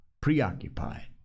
preoccupied